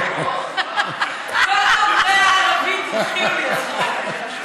כל דוברי הערבית התחילו לצחוק.